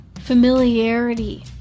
familiarity